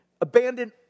abandon